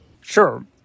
Sure